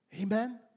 Amen